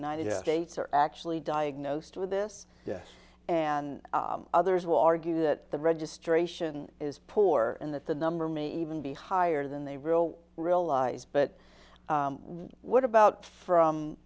united states are actually diagnosed with this yes and others will argue that the registration is poor and that the number may even be higher than they will realize but what about from